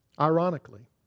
Ironically